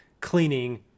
cleaning